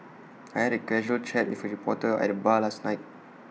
I had A casual chat with A reporter at the bar last night